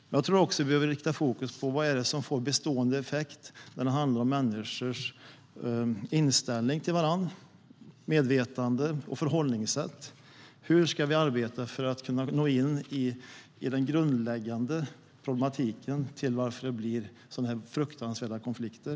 Men jag tror också att vi behöver rikta fokus på vad det är som får bestående effekt när det handlar om människors inställning till varandra, deras medvetande och förhållningssätt. Hur ska vi arbeta för att kunna nå in i den grundläggande problematiken bakom sådana här fruktansvärda konflikter?